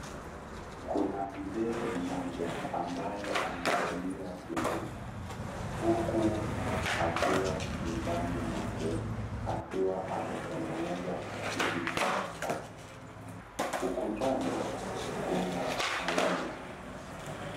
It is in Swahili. Kuna mzee mmoja ambaye amevalia kilemba, huku akiwa nyumbani mwake akiwa anatengeneza kiti chake, ukutani kuna kalenda.